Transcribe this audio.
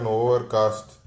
overcast